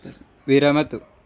विरमतु